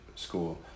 school